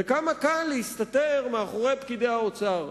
וכמה קל להסתתר מאחורי פקידי האוצר.